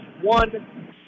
one